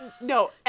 no